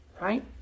right